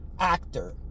actor